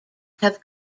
have